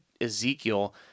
Ezekiel